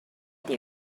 they